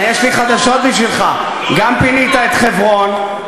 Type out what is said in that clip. יש לי חדשות בשבילך: גם פינית את חברון,